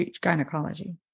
gynecology